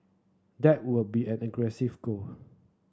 that would be an goal